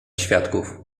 świadków